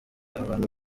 abantu